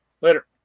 Later